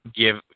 give